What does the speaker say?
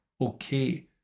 okay